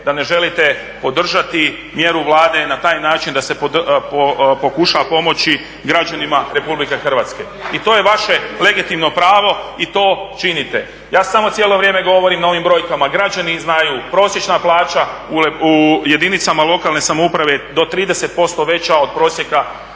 da ne želite podržati mjeru Vlade i na taj način da se pokuša pomoći građanima RH i to je vaše legitimno pravo i to činite. Ja samo cijelo vrijeme govorim o novim brojkama, građani znaju u jedinice lokalne samouprave do 30% veća od prosjeka,